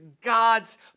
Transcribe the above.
God's